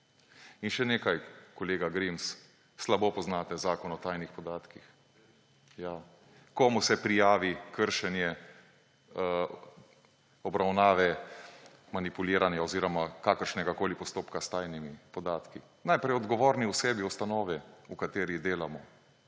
In še nekaj, kolega Grims, slabo poznate Zakon o tajnih podatkih. Ja. Komu se prijavi kršenje obravnave, manipuliranja oziroma kakršnegakoli postopka s tajnimi podatki? Najprej odgovorni osebi ustave, v kateri delamo,